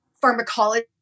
pharmacology